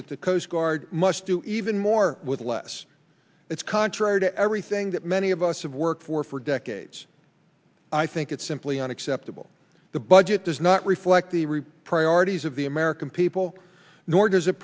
if the coast guard must do even more with less it's contrary to everything that many of us have worked for for decades i think it's simply unacceptable the budget does not reflect the repro already of the american people nor does it